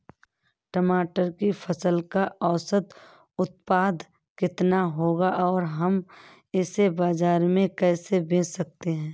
टमाटर की फसल का औसत उत्पादन कितना होगा और हम इसे बाजार में कैसे बेच सकते हैं?